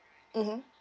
mmhmm